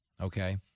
Okay